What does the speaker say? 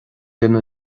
duine